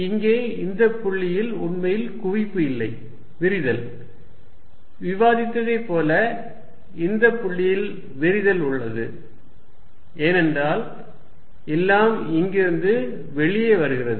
இங்கே இந்த புள்ளியில் உண்மையில் குவிப்பு இல்லை விரிதல் விவாதித்ததைப் போல இந்த புள்ளியில் விரிதல் உள்ளது ஏனென்றால் எல்லாம் இங்கிருந்து வெளியே வருகிறது